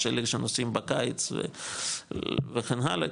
יש כאלה שנוסעים בקיץ וכן הלאה,